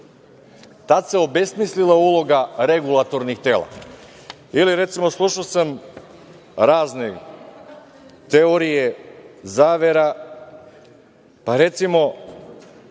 Tada se obesmislila uloga regulatornih tela. Ili, recimo, slušao sam razne teorije zavera. Recimo,